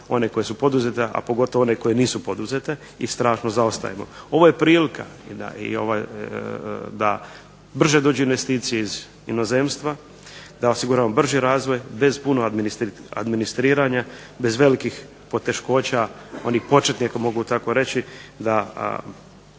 one koje su poduzete, a pogotovo one koje nisu poduzete i strašno zaostajemo. Ovo je prilika da brže dođu investicije iz inozemstva, da osiguramo brži razvoj bez puno administriranja, bez velikih poteškoća onih početnih ako mogu tako reći, da